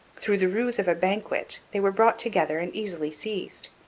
through the ruse of a banquet they were brought together and easily seized.